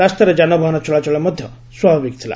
ରାସ୍ତାରେ ଯାନବାହନ ଚଳାଚଳ ମଧ୍ୟ ସ୍ୱାଭାବିକ ଥିଲା